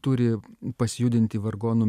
turi pasijudinti vargonų